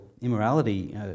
immorality